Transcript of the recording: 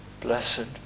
blessed